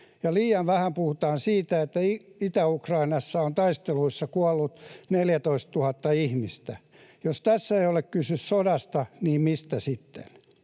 liian vähän puhutaan siitä, että Itä-Ukrainassa on taisteluissa kuollut 14 000 ihmistä — jos tässä ei ole kyse sodasta, niin mistä sitten?